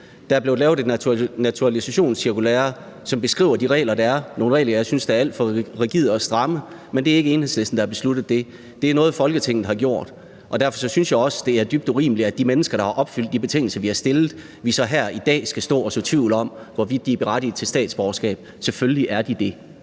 Der er blevet lavet et naturalisationscirkulære, som beskriver de regler, der er; nogle regler, jeg synes er alt for rigide og stramme. Men det er ikke Enhedslisten, der har besluttet det. Det er noget, Folketinget har besluttet. Derfor synes jeg også, at det er dybt urimeligt, at vi her i dag skal så tvivl om, hvorvidt de mennesker, der har opfyldt de betingelser, vi har stillet, er berettiget til statsborgerskab. Selvfølgelig er de det.